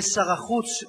שר החוץ,